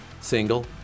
Single